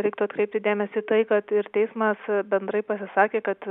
reiktų atkreipti dėmesį į tai kad ir teismas bendrai pasisakė kad